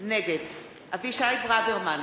נגד אבישי ברוורמן,